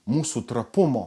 mūsų trapumo